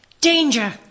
Danger